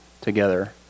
together